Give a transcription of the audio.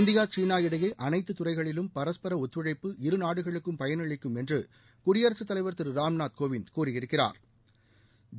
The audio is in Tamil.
இந்தியா சீனா இடையே அனைத்து துறைகளிலும் பரஸ்பர ஒத்துழைப்பு இரு நாடுகளுக்கும் பயனளிக்கும் என்று குடியரசுத்தலைவா் திரு ராம்நாத் கோவிந்த் கூறியிருக்கிறாா்